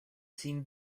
sin